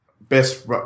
best –